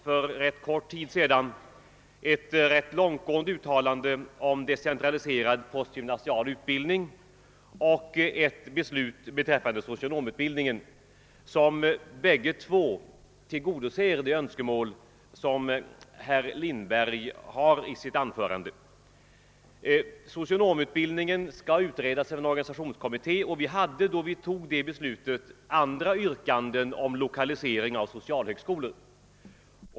För rätt kort tid sedan beslöt riksdagen om decentraliserad postgymnasial utbildning, och ett beslut har dessutom fattats beträffande socionomutbildningen. Båda dessa beslut tillgodoser de önskemål som herr Lindberg framförde i sitt anförande. Socionomutbildningen skall utredas av en organisationskommitte. Då vi fattade det beslutet förekom andra yrkanden om lokalisering av socialhögskolor.